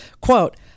quote